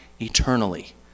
eternally